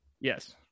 Yes